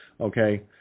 okay